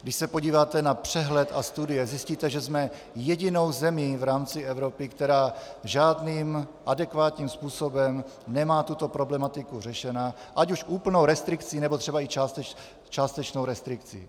Když se podíváte na přehled a studie, zjistíte, že jsme jedinou zemí v rámci Evropy, která žádným adekvátním způsobem nemá tuto problematiku řešenu, ať už úplnou restrikcí, nebo třeba i částečnou restrikcí.